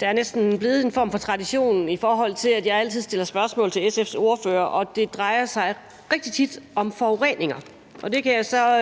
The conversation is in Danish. Der er næsten blevet tradition for, at jeg altid stiller spørgsmål til SF's ordfører, og det drejer sig rigtig tit om forureninger. Det kan jeg så